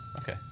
okay